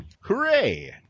Hooray